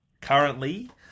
currently